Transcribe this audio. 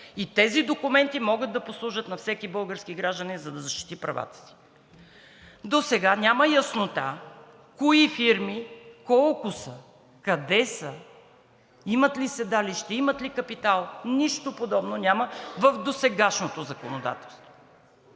Тези документи могат да послужат на всеки български гражданин, за да защити правата си. Досега няма яснота кои фирми, колко са, къде са, имат ли седалище, имат ли капитал? Нищо подобно няма в досегашното законодателство.